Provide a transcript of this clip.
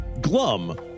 glum